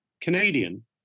Canadian